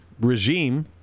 regime